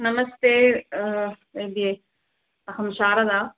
नमस्ते य् अहं शारदा